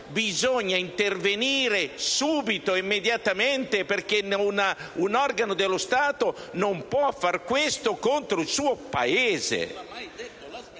bisogna intervenire immediatamente perché un organo dello Stato non può fare questo contro il suo Paese.